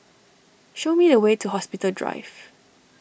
show me the way to Hospital Drive